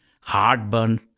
heartburn